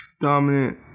dominant